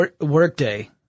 Workday